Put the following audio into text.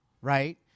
right